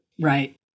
Right